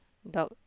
dog